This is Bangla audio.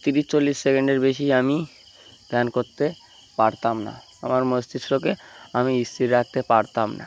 তিরিশ চল্লিশ সেকেন্ডের বেশি আমি ধ্যান করতে পারতাম না আমার মস্তিষ্ককে আমি স্থির রাখতে পারতাম না